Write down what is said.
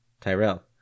Tyrell